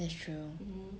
that's true